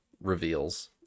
reveals